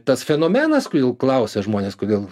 tas fenomenas kodėl klausia žmonės kodėl